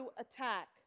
attack